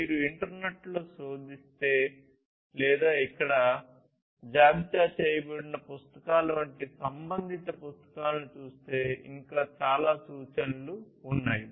మీరు ఇంటర్నెట్లో శోధిస్తే లేదా ఇక్కడ జాబితా చేయబడిన పుస్తకాల వంటి సంబంధిత పుస్తకాలను చూస్తే ఇంకా చాలా సూచనలు ఉన్నాయి